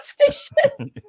station